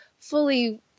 fully